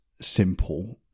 simple